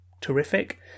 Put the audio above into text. Terrific